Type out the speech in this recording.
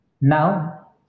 Now